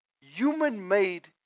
human-made